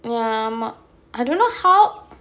ya ஆமா:aamaa I don't know how